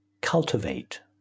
cultivate